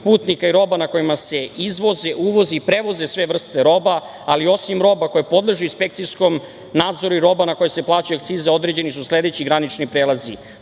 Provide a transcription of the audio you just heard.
i roba na kojima se izvozi, uvozi i prevoze sve vrste roba, ali osim roba koje podležu inspekcijskom nadzoru i roba na koju se plaćaju akcize određeni su sledeći granični prelazi,